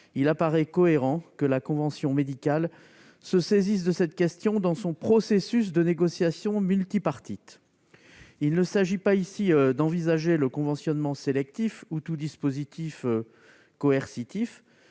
il apparaît cohérent que la convention médicale se saisisse de cette question dans son processus de négociation multipartite. Il s'agit non pas d'envisager le conventionnement sélectif ou tout dispositif coercitif,